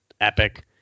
epic